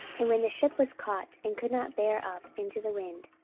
and when the ship was caught, and could not bear up into the wind,